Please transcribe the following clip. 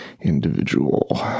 individual